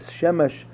Shemesh